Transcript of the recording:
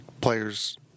Players